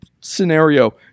scenario